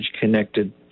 connected